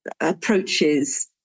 approaches